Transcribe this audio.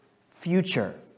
future